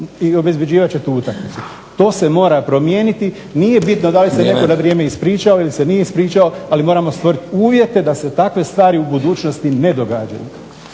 i obezbjeđivat će tu utakmicu. To se mora promijeniti. … /Upadica: Vrijeme./ … Nije bitno da se netko na vrijeme ispričao ili se nije ispričao ali moramo stvoriti uvjete da se takve stvari u budućnosti ne događaju.